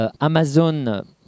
Amazon